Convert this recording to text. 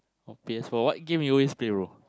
P_S-four what game you always play brother